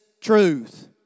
truth